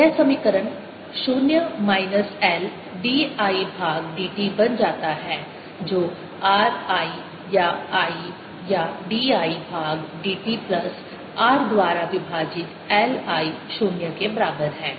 EMF dϕdt LdIdt ϕ∝I or ϕLI V LdIdtRI यह समीकरण शून्य माइनस L dI भाग d t बन जाता है जो r I या I या dI भाग d t प्लस r द्वारा विभाजित L I शून्य के बराबर है